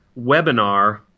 webinar